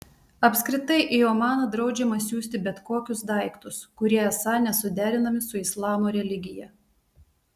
apskritai į omaną draudžiama siųsti bet kokius daiktus kurie esą nesuderinami su islamo religija